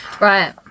Right